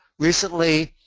recently,